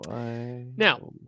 now